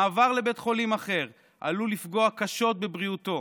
מעבר לבית חולים אחר עלולים לפגוע קשות בבריאותו,